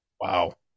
Wow